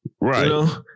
Right